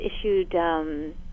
issued